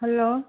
hello